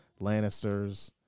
Lannisters